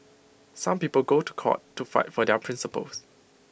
some people go to court to fight for their principles